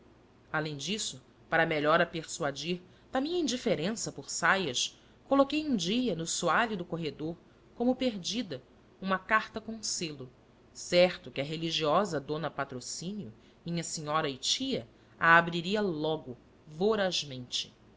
além disso para melhor a persuadir da minha indiferença por saias coloquei um dia no soalho do corredor como perdida uma carta com selo certo que a religiosa d patrocínio minha senhora e tia a abriria logo